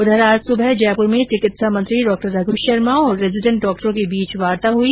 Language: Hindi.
उधर आज सुबह जयपुर में चिकित्सा मंत्री डॉ रघ् शर्मा और रेजीडेन्ट डॉक्टरों के बीच वार्ता हुई